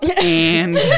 and-